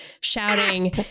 shouting